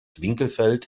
winkelfeld